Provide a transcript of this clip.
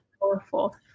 powerful